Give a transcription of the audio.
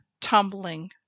tumbling